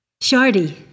Shardy